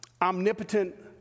Omnipotent